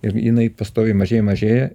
ir jinai pastoviai mažėja mažėja